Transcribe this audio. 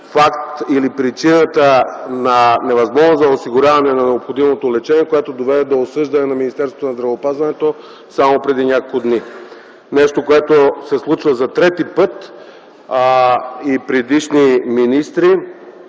или причината за невъзможност за осигуряване на необходимото лечение, което доведе до осъждане на Министерството на здравеопазването само преди няколко дни. Нещо, което се случва за трети път. И предишни министри